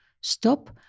stop